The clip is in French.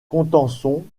contenson